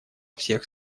всех